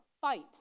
fight